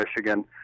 Michigan